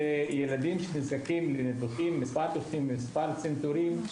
הם ילדים שנזקקים למספר ניתוחים וצנתורים.